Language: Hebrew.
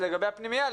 לגבי הפנימייה,